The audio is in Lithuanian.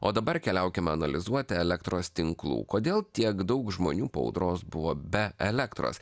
o dabar keliaukime analizuoti elektros tinklų kodėl tiek daug žmonių po audros buvo be elektros